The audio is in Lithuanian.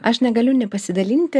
aš negaliu nepasidalinti